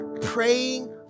praying